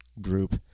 group